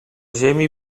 ziemi